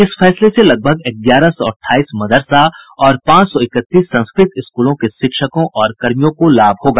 इस फैसले से लगभग ग्यारह सौ अठाईस मदरसा और पांच सौ इकतीस संस्कृत स्कूल के शिक्षकों और कर्मियों को लाभ होगा